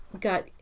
got